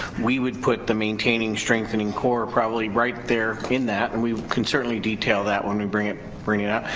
we would put the maintaining strengthening core probably right there in that, and we can certainly detail that when we bring it bring it up,